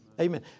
Amen